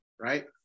right